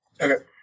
Okay